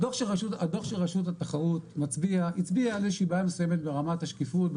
הדו"ח של רשות התחרות הצביע על איזה שהיא בעיה מסויימת ברמת השקיפות,